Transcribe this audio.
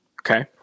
Okay